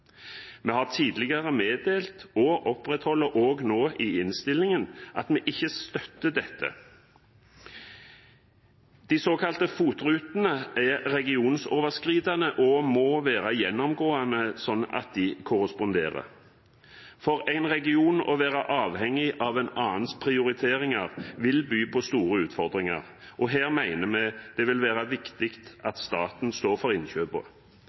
Vi har tidligere meddelt og opprettholder også nå i innstillingen at vi ikke støtter dette. De såkalte FOT-rutene er regionsoverskridende og må være gjennomgående sånn at de korresponderer. For en region vil det by på store utfordringer å være avhengig av en annens prioriteringer, og her mener vi det vil være viktig at staten står for